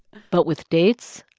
but with dates,